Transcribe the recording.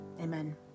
Amen